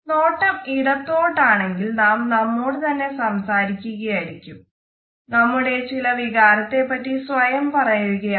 നോട്ടം ഇടത്തോട്ട് ആണെങ്കിൽ നാം നമ്മോട് തന്നെ സംസാരിക്കുകയായിരിക്കാം നമ്മുടെ ചില വികാരത്തെ പറ്റി സ്വയം പറയുകയാകാം